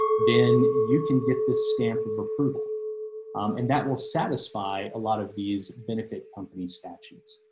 then you can get this stamp of approval and that will satisfy a lot of these benefits companies statutes.